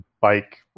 bike